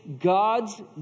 God's